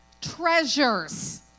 treasures